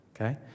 okay